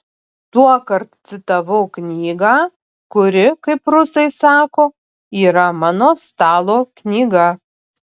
tuokart citavau knygą kuri kaip rusai sako yra mano stalo knyga